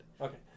Okay